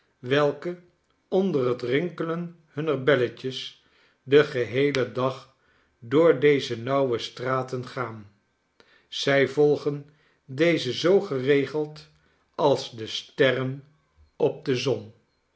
welke onder het rinkelen hunner belletjes den geheelen dag door deze nauwe straten gaan zij volgen deze zoo geregeld als de sterren op de zon